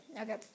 Okay